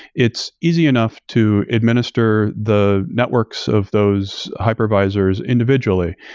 it's easy enough to administer the networks of those hypervisors individually.